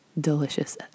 delicious